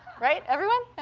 right? everyone?